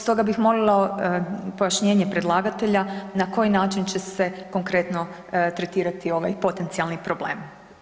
Stoga bih molila pojašnjenje predlagatelja na koji način će se konkretno tretirati ovaj potencijalni problem?